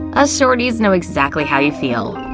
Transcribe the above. us shorties know exactly how you feel.